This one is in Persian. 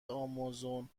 آمازون